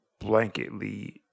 blanketly